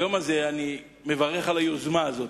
היום הזה אני מברך על היוזמה הזאת.